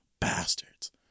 Bastards